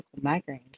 migraines